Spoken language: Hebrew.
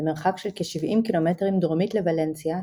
במרחק של כ-70 קילומטרים דרומית לוולנסיה,